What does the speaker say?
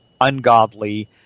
ungodly